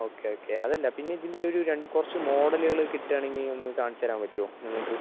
okay okay അതല്ല പിന്നെ ഇതിൻ്റെ ഒരു രണ്ട് കുറച്ച് മോഡലുകൾ കിട്ടുകയാണെങ്കിൽ ഒന്നു കാണിച്ചു തരാൻ പറ്റുമോ നിങ്ങൾക്ക്